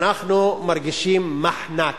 אנחנו מרגישים מחנק,